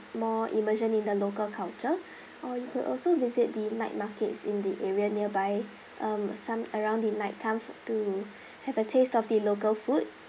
more immersion in the local culture or you could also visit the night markets in the area nearby um some around the night time for to have a taste of the local food